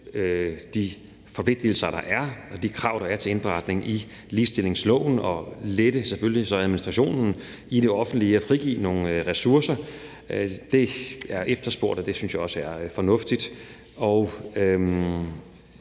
de forpligtigelser, der er, og de krav, der er til indberetning i ligestillingsloven, og så selvfølgelig lette administrationen i det offentlige og frigive nogle ressourcer. Det er efterspurgt, og det synes jeg også er fornuftigt.